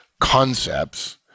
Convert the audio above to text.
concepts